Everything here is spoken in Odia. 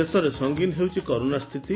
ଦେଶରେ ସଙ୍ଗିନ୍ ହେଉଛି କରୋନା ସ୍ଥିତି